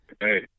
Hey